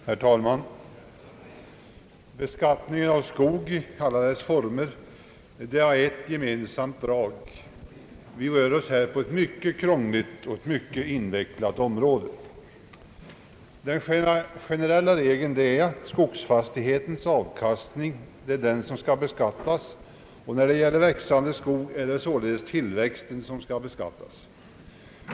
Herr talman! Beskattningen av skog har ett gemensamt drag: Vi rör oss på ett mycket krångligt och invecklat område. Den generella regeln är att det är skogsfastighetens avkastning som skall beskattas, och när det gäller växande skog är det således tillväxten som skall beskattas.